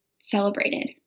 celebrated